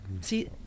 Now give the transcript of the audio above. See